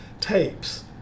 tapes